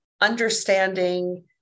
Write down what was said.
understanding